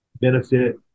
benefit